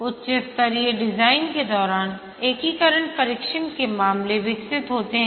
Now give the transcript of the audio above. उच्च स्तरीय डिजाइन के दौरान एकीकरण परीक्षण के मामले विकसित होते हैं